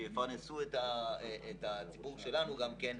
שיפרנסו את הציבור שלנו גם כן,